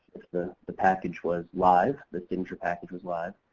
the the package was live, the signature package was live.